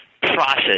process